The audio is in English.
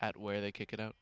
at where they kick it